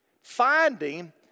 finding